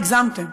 הגזמתם.